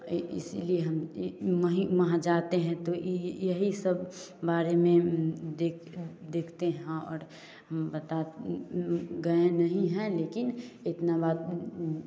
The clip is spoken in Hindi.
इसीलिए हम वही वहाँ जाते हैं तो यही सब बारे में देखते हैं हाँ और बताते गए नहीं है लेकिन इतना बात